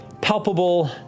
palpable